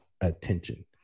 Attention